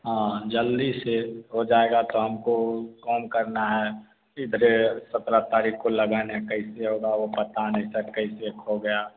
हाँ जल्दी से हो जाएगा तो हमको काम करना है इधरे सत्रह तारीख को लगन है कैसे होगा वो पता नहीं सर कैसे खो गया